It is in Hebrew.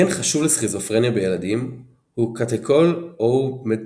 גן חשוב לסכיזופרניה בילדים הוא catechol-O-methyltransferase,